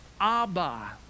Abba